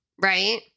right